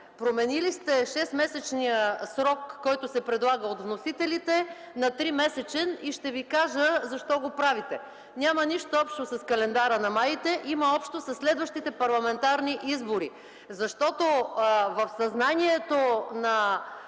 Променили сте шестмесечния срок, който се предлага от вносителите, на тримесечен и ще Ви кажа защо го правите. Няма нищо общо с календара на маите, има общо със следващите парламентарни избори, защото в съзнанието на